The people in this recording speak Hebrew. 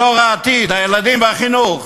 דור העתיד, הילדים והחינוך.